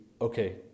okay